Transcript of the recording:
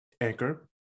anchor